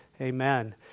Amen